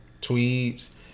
tweeds